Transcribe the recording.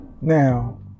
now